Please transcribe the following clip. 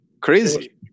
Crazy